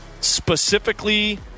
specifically